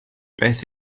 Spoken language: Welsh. beth